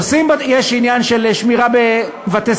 עושים, יש עניין של שמירה בבתי-ספר,